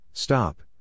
Stop